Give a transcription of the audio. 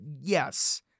yes